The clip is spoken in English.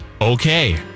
Okay